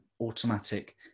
automatic